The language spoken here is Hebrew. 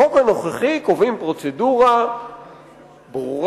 בחוק הנוכחי קובעים פרוצדורה ברורה,